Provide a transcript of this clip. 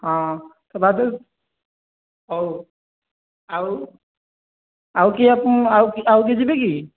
ହଁ ହଉ ଆଉ ଆଉ କିଏ ଆପଣ ଆଉ କିଏ ଯିବେ କି